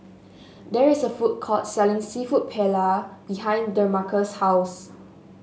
there is a food court selling seafood Paella behind Demarcus' house